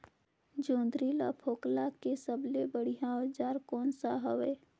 जोंदरी ला फोकला के सबले बढ़िया औजार कोन सा हवे?